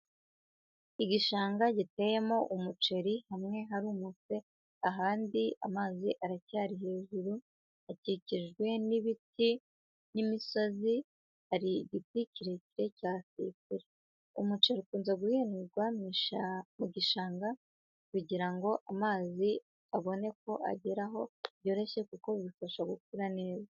Igishanga giteyemo umuceri hamwe harumutse ahandi amazi aracyari hejuru gikikijwe n'ibiti n'imisozi, hari igiti kirekire cya sipuri. Umuceri ukunze guhingwa mu gishanga kugirango amazi abone uko ageraho byoroshye kuko bifasha gukura neza.